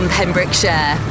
Pembrokeshire